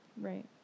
Right